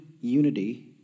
unity